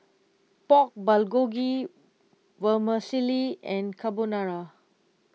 Pork Bulgogi Vermicelli and Carbonara